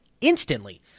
instantly